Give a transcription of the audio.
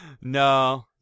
No